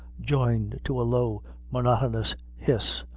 joined to a low monotonous hiss,